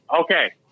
Okay